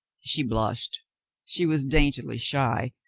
she blushed she was daintily shy,